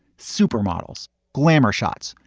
supermodels, glamour shots,